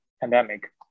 pandemic